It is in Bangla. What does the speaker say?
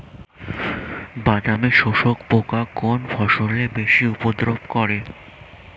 বাদামি শোষক পোকা কোন ফসলে বেশি উপদ্রব করে?